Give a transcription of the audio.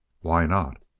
why not?